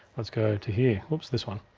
let's go to here, whoops, this one.